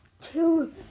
two